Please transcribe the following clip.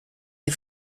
est